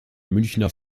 münchner